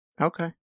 Okay